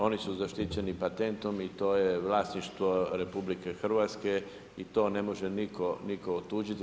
Oni su zaštićeni patentom i to je vlasništvo RH i to ne može nitko otuđiti.